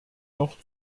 noch